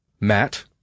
Matt